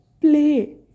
play